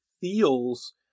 feels